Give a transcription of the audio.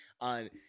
on